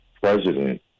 president